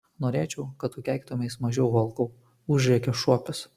norėčiau kad tu keiktumeis mažiau volkau užrėkė šuopis